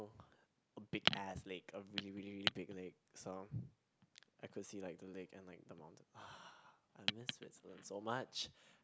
a big ass lake a really really really big lake so I could see like the lake and like the mountain !wah! I miss Switzerland so much